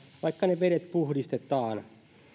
vaikka ne vedet puhdistetaan